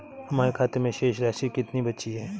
हमारे खाते में शेष राशि कितनी बची है?